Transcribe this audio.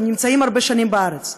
הם נמצאים הרבה שנים בארץ.